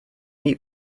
eat